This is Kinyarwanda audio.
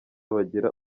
bagira